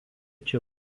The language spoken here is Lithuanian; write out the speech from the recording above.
čia